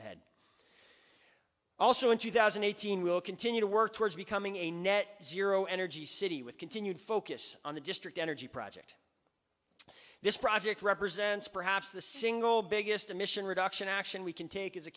ahead also in two thousand and eighteen we'll continue to work towards becoming a net zero energy city with continued focus on the district energy project this project represents perhaps the single biggest emission reduction action we can take as a